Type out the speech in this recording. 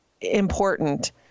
important